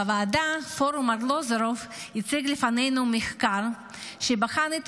בוועדה פורום ארלוזורוב הציג לפנינו מחקר שבחן את